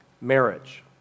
marriage